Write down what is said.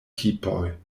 tipoj